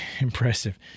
impressive